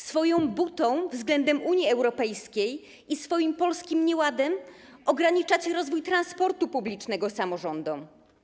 Swoją butą względem Unii Europejskiej i swoim polskim nieładem ograniczacie rozwój transportu publicznego samorządom.